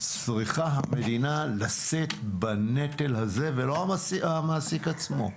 צריכה המדינה לשאת בנטל הזה ולא המעסיק עצמו.